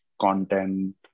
content